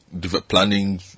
planning